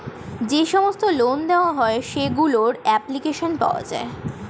যে সমস্ত লোন দেওয়া হয় সেগুলোর অ্যাপ্লিকেশন পাওয়া যায়